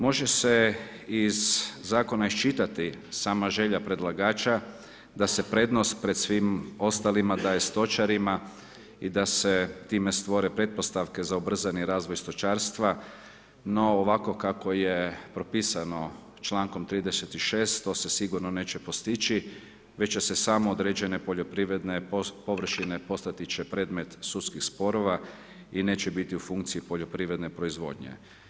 Može se iz zakona iščitati sama želja predlagača, da se prednost pred svim ostalima daje stočarima, i ta se time stvore pretpostavke za ubrzani razvoj stočarstva, no ovako kako je propisano čl. 36. to se sigurno neće postići, već će se samo određene poljoprivredne površine, postati će predmet sudskih sporova i neće biti u funkciji poljoprivredne proizvodnje.